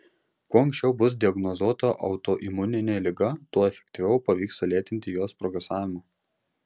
kuo anksčiau bus diagnozuota autoimuninė liga tuo efektyviau pavyks sulėtinti jos progresavimą